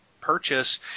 purchase